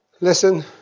Listen